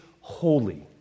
holy